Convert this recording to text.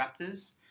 Raptors